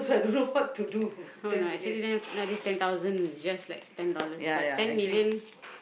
come on lah nowadays ten thousand is just like ten dollars but ten million